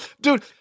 Dude